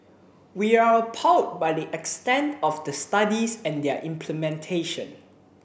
we are appalled by the extent of the studies and their implementation